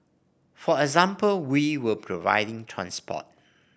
for example we were providing transport